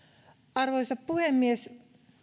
arvoisa puhemies